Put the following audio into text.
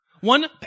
One